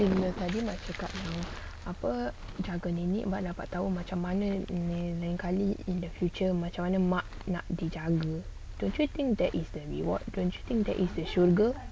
tadi mak cakap yang apa jaga nenek baru dapat tahu macam mana nak lain kali in the future macam mana mak nak dijaga don't you think that is the reward don't you think that is the syurga